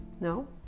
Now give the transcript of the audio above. No